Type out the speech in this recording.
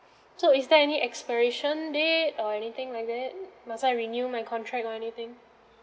so is there any expiration date or anything like that must I renew my contract or anything